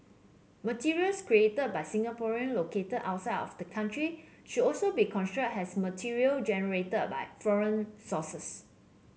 materials created by Singaporean located outside of the country should also be construed as material generated by foreign sources